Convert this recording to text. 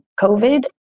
COVID